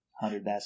Hundred